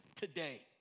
today